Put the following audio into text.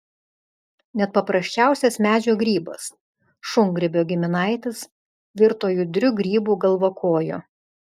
net paprasčiausias medžio grybas šungrybio giminaitis virto judriu grybu galvakoju